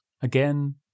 Again